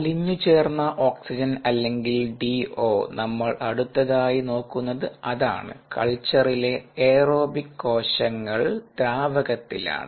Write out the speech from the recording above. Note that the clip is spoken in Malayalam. അലിഞ്ഞു ചേർന്ന ഓക്സിജൻ അല്ലെങ്കിൽ DO നമ്മൾ അടുത്തതായി നോക്കുന്നത് അതാണ് കൾച്ചറിലെ എയ്റോബിക് കോശങ്ങൾ ദ്രാവകത്തിലാണ്